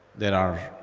there are.